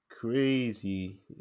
crazy